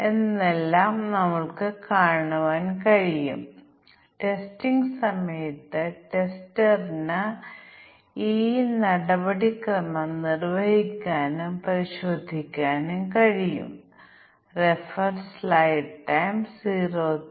എന്തുകൊണ്ടാണ് അവർ തെറ്റുകൾ വരുത്തുന്നതെന്ന് ഞങ്ങൾ കാണും തുടർന്ന് ഏതെങ്കിലും പ്രോഗ്രാം നൽകിയാൽ അതിർത്തി മൂല്യങ്ങൾ ഞങ്ങൾ പരിശോധിക്കേണ്ടത് അത്യാവശ്യമാണ് കാരണം അവിടെ ബഗുകളുടെ വലിയ അപകടസാധ്യതയുണ്ട്